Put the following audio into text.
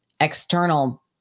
external